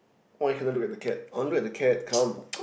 why you didn't look at the cat I want look at the cat come